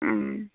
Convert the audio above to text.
অ